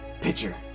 pitcher